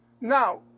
Now